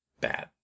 bad